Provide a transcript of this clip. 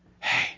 hey